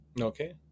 Okay